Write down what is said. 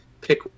Pick